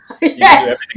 Yes